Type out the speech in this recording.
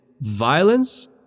violence